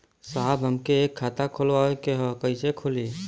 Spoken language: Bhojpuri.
साहब हमके एक खाता खोलवावे के ह कईसे खुली?